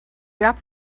wrapped